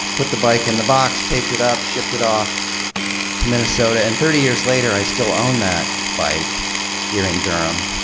put the bike in the box, taped it up, shipped it off to minnesota, and thirty years later i still own that bike here in durham.